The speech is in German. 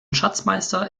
schatzmeister